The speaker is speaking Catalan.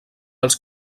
els